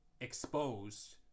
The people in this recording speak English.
exposed